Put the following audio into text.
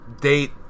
date